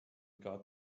got